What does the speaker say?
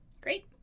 great